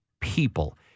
people